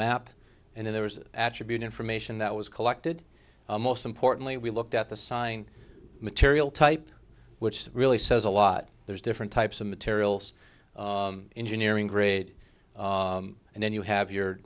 map and there was attribute information that was collected most importantly we looked at the sign material type which is really says a lot there's different types of materials engineering grade and then you have your